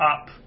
up